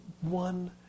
one